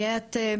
איאת,